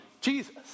Jesus